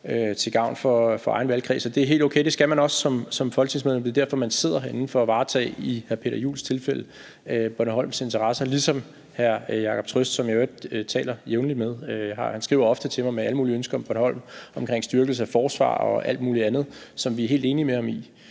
det er helt okay. Det skal man også som folketingsmedlem; det er derfor, man sidder herinde, altså for i hr. Peter Juel-Jensens tilfælde at varetage Bornholms interesser; ligesom hr. Jacob Trøst, som jeg i øvrigt taler jævnligt med, ofte skriver til mig om alle mulige ønsker for Bornholm omkring styrkelse af forsvaret og alt muligt andet, som vi er helt enige med ham i.